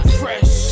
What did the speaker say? fresh